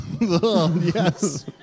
Yes